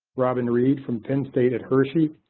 robin reed from penn state at hershey,